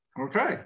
okay